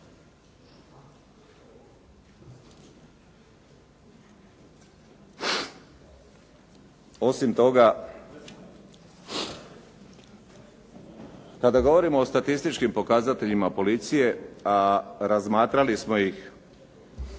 Osim toga kada govorimo o statističkim pokazateljima policije a razmatrali smo ih